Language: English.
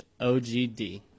OGD